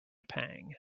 pang